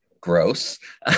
gross